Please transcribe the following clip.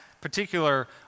particular